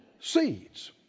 seeds